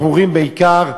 בחורים בעיקר,